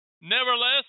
Nevertheless